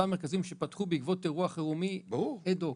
אותם מרכזים שפתחו בעקבות אירוע חירומי אד-הוק.